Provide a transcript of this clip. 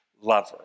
lover